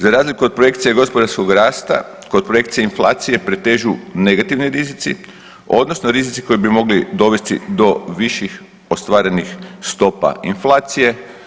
Za razliku od projekcije i gospodarskog rasta kod projekcije inflacije pretežu negativni rizici odnosno rizici koji bi mogli dovesti do viših ostvarenih stopa inflacije.